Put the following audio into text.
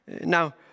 now